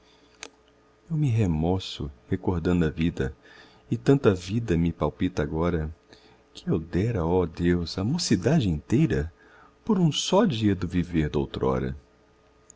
eu me remoço recordando a infância e tanto a vida me palpita agora que eu dera oh deus a mocidade inteira por um só dia do viver doutrora